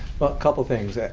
but couple of things.